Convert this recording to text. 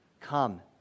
come